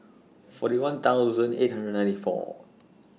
forty one thousand eight hundred ninety four